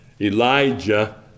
Elijah